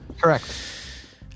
Correct